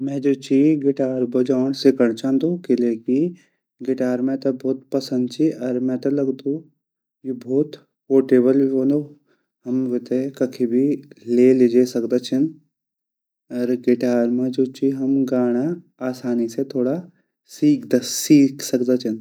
मैं जु ची गिटार बेजोंड़ सीखंड चांदु किलेकी गिटार मैते भोत पसंद ची अर मैते लगदु यु भोत पोर्टेबल भी वोंदु अर हम वेते कखि भी ले लीजै सकदा छिन अर गिटार मा हम गाना थोड़ा आसानी से सीख सकदा छिन।